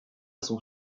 son